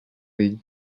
vell